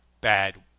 bad